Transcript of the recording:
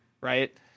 right